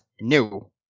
No